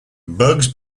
bugs